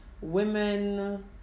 women